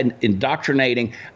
indoctrinating